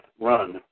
run